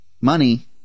money